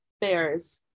Bears